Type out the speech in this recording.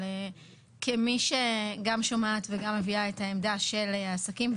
אבל כמי שגם שומעת וגם מביאה את העמדה של העסקים,